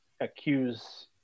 accuse